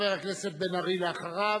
חבר הכנסת בן-ארי אחריו,